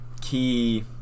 key